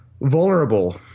vulnerable